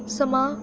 समां